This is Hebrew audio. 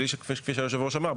כפי שהיושב-ראש אמר,